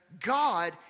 God